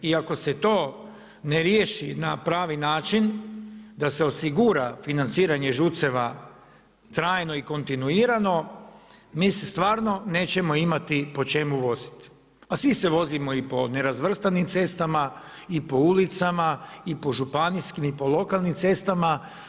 I ako se to ne riješi na pravi način, da se osigura financiranje ŽUC-eva trajno i kontinuirano mi se stvarno nećemo imati po čemu voziti, a svi se vozimo i po nerazvrstanim cestama i po ulicama i po županijskim i po lokalnim cestama.